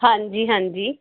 ਹਾਂਜੀ ਹਾਂਜੀ